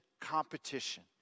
competition